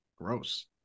Gross